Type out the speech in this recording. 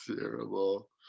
terrible